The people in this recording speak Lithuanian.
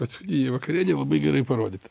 paskutinė vakarė labai gerai parodyta